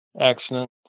accident